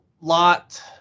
lot